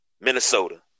Minnesota